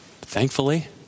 Thankfully